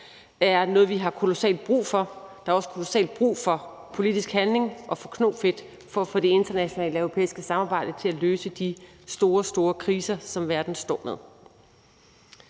er noget, vi har kolossalt brug for; der er også brug for politisk handling og for knofedt for at få det internationale og europæiske samarbejde til at løse de store, store kriser, som verden står med.